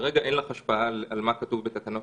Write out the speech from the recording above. כרגע אין לך השפעה על מה כתוב בתקנות